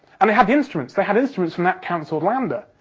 and they had the instruments. they had instruments from that cancelled lander.